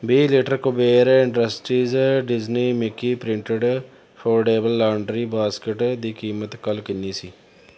ਵੀਹ litre Kuber industries Disney Mickey printed foldable laundry basket ਦੀ ਕੀਮਤ ਕੱਲ੍ਹ ਕਿੰਨੀ ਸੀ